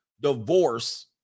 divorce